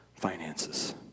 finances